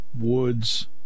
Woods